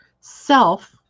self